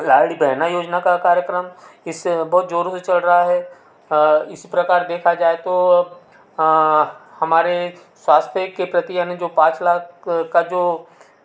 लाड़ली बहना योजना का कार्यक्रम इससे बहुत से चल रहा है इस प्रकार देखा जाए तो हमारे स्वास्थ्य के प्रति हमें जो पाँच लाख का जो